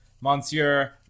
Monsieur